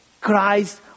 Christ